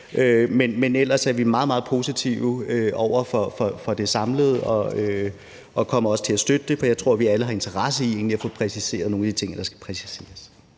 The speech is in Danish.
Men ellers er vi meget, meget positive over for det samlede indhold og kommer også til at støtte det, for jeg tror egentlig, at vi alle har en interesse i at få præciseret nogle af de ting, der skal præciseres.